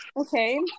Okay